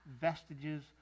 vestiges